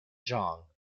jong